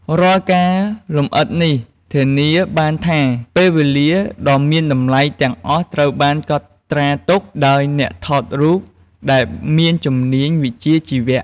រាល់ការលម្អិតនេះ ធានាបានថាពេលវេលាដ៏មានតម្លៃទាំងអស់ត្រូវបានកត់ត្រាទុក ដោយអ្នកថតរូបដែលមានជំនាញវិជ្ជាជីវៈ។